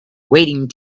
waiting